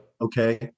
Okay